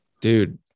dude